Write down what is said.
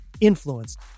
influenced